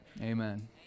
Amen